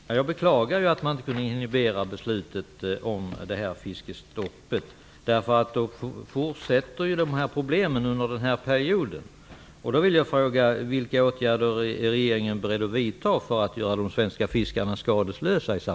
Fru talman! Jag beklagar att man inte inhiberar beslutet om fiskestoppet. Då fortsätter ju problemen under den här perioden. Jag vill därför fråga: Vilka åtgärder är regeringen beredd att vidta för att göra de svenska fiskarna skadeslösa?